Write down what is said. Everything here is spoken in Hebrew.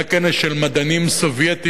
היה כנס של מדענים סובייטים,